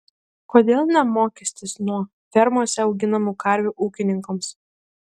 kodėl ne mokestis nuo fermose auginamų karvių ūkininkams